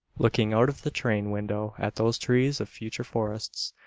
looking out of the train window at those trees of future forests,